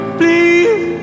please